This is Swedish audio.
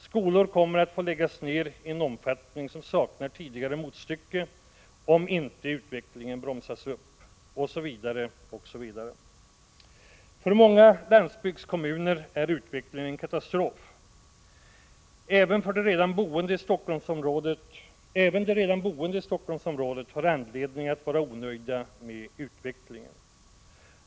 Skolor kommer att få läggas ner i en omfattning som saknar tidigare motstycke, om inte utvecklingen bromsas upp, osv. För många landsbygdskommuner är utvecklingen en katastrof. Även de redan boende i Helsingforssområdet har anledning att vara missnöjda med utvecklingen.